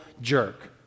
jerk